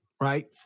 right